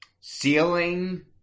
Ceiling